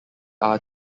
are